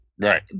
Right